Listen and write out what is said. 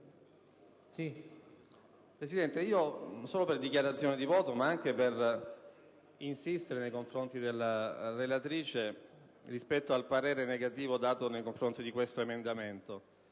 Presidente, vorrei intervenire in dichiarazione di voto anche per insistere nei confronti della relatrice rispetto al parere contrario espresso nei confronti di questo emendamento